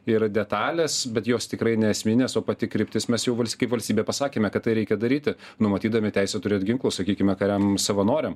yra detalės bet jos tikrai neesminės o pati kryptis mes jau val kaip valstybė pasakėme kad tai reikia daryti numatydami teisę turėt ginklus sakykime kariam savanoriam